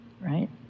right